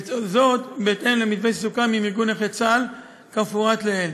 וזאת בהתאם למתווה שסוכם עם ארגון נכי צה"ל כמפורט לעיל.